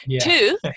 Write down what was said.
Two